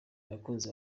abakunzi